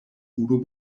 unu